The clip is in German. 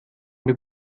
mir